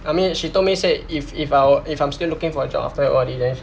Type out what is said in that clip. I mean she told me said if if our if I'm still looking for a job after I O_R_D then